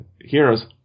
heroes